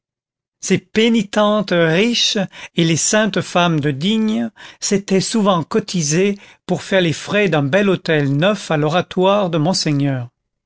pénitentes riches et les saintes femmes de digne s'étaient souvent cotisées pour faire les frais d'un bel autel neuf à l'oratoire de monseigneur